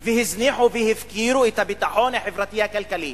והזניחו והפקירו את הביטחון החברתי-כלכלי.